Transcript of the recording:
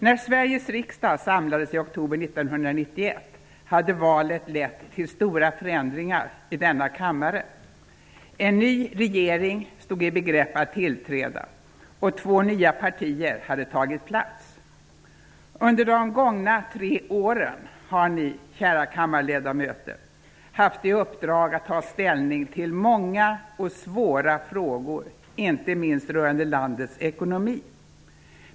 När Sveriges riksdag samlades i oktober 1991 hade valet lett till stora förändringar i denna kammare. En ny regering stod i begrepp att tillträda, två nya partier hade tagit plats. Under de gångna tre åren har ni, kära kammarledamöter, haft i uppdrag att ta ställning till många och svåra frågor, inte minst rörande landets ekonomi.